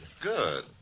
Good